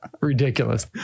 ridiculous